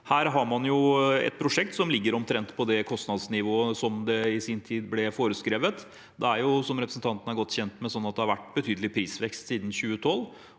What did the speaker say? Her har man et prosjekt som ligger omtrent på det kostnadsnivået som i sin tid ble foreskrevet. Som representanten er godt kjent med, har det vært betydelig prisvekst siden 2012,